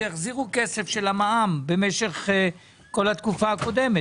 שיחזרו כסף של המע"מ במשך כל התקופה הקודמת?